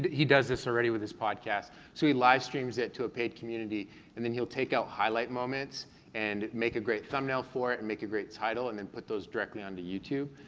he does this already with his podcast, so he live streams it to a paid community and he'll take out highlight moments and make a great thumbnail for it and make a great title and then put those directly onto youtube,